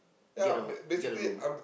get a get a room